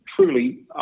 truly